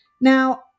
Now